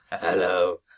Hello